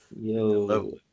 Yo